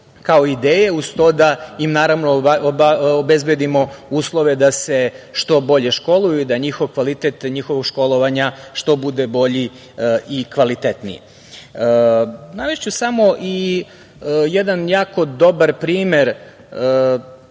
kao ideje uz to da im obezbedimo uslove da se što bolje školuju i da njihov kvalitet školovanja bude što bolji i kvalitetniji. Navešću samo jedan jako dobar primer